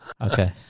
Okay